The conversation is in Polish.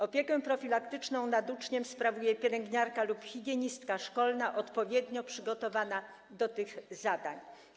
Opiekę profilaktyczną nad uczniem sprawuje pielęgniarka lub higienistka szkolna, odpowiednio przygotowana do tych zadań.